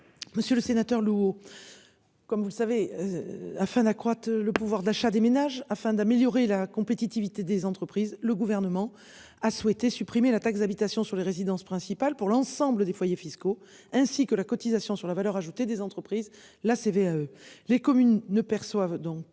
Monsieur le Sénateur lourd. Comme vous le savez. Afin d'accroître le pouvoir d'achat des ménages afin d'améliorer la compétitivité des entreprises, le gouvernement a souhaité supprimer la taxe d'habitation sur les résidences principales, pour l'ensemble des foyers fiscaux ainsi que la cotisation sur la valeur ajoutée des entreprises la CV les communes ne perçoivent donc